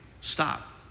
stop